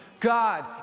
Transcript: God